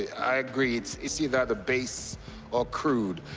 i agree it's it's either the base or crude.